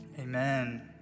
amen